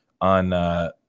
on